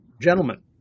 Gentlemen